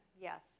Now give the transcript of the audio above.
yes